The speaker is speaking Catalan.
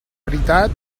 veritat